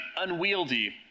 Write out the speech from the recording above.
unwieldy